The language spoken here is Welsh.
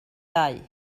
dau